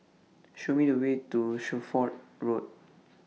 Show Me The Way to Shelford Road